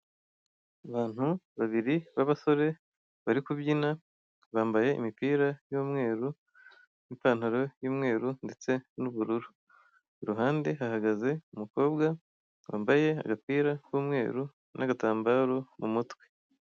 Abantu babiri b'abasore bari kubyina, bambaye imipira y'umweru n'ipantaro y'umweru ndetse n'ubururu. Iruhande hahagaze umukobwa wambaye agapira k'umweru n'agatambaro mu mutwe.